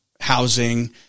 housing